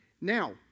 Now